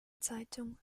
zeitung